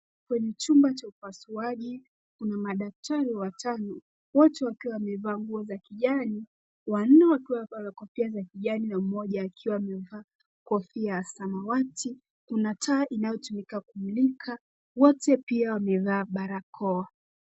Kwenye chumba cha upasuaji, kuna madaktari watano wote wakiwa wamevaa nguo za kijani, wanne wakiwa wakona kofia la kijani na mmoja akiwa amevaa kofia ya samawati. Kuna taa inayotumika kumulika. Wote pia wamevaa barakoa.